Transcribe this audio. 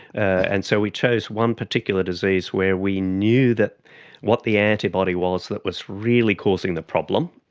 and so we chose one particular disease where we knew that what the antibody was that was really causing the problem,